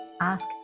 Ask